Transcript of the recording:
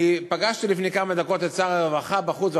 אני פגשתי לפני כמה דקות את שר הרווחה בחוץ,